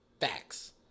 facts